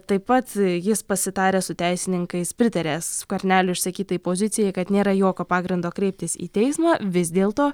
taip pat jis pasitaręs su teisininkais pritaria skvernelio išsakytai pozicijai kad nėra jokio pagrindo kreiptis į teismą vis dėlto